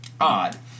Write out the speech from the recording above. odd